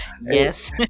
Yes